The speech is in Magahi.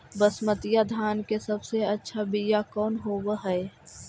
बसमतिया धान के सबसे अच्छा बीया कौन हौब हैं?